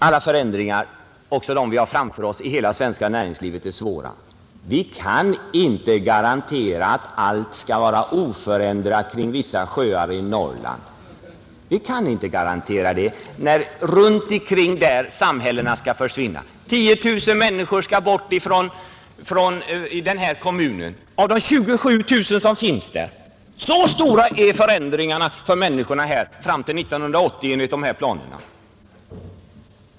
Alla förändringar, också de vi har framför oss i det svenska näringslivet, är svåra. Vi kan inte garantera att allt skall bli oförändrat kring vissa sjöar i Norrland, när samhällena runt omkring sjöarna försvinner och 10 000 människor av de 27 000 som finns där skall bort från kommunen. Så stora är förändringarna nämligen för människorna här uppe fram till 1980, enligt föreliggande planer.